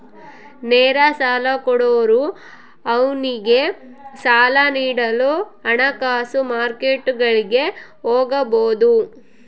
ನೇರ ಸಾಲ ಕೊಡೋರು ಅವ್ನಿಗೆ ಸಾಲ ನೀಡಲು ಹಣಕಾಸು ಮಾರ್ಕೆಟ್ಗುಳಿಗೆ ಹೋಗಬೊದು